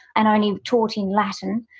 and only taught in latin,